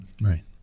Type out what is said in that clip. Right